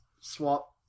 swap